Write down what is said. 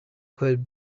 could